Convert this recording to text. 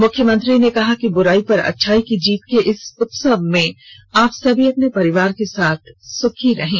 मुख्यमंत्री ने कहा कि बुराई पर अच्छाई की जीत के इस उत्सव में आप सभी अपने परिवार के साथ सुख से रहें